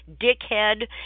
Dickhead